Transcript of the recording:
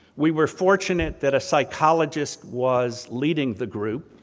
we were fortunate that a psychologist was leading the group.